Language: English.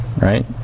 Right